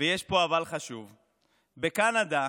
יש פה "אבל" חשוב, בקנדה